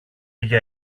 για